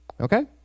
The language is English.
Okay